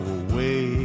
away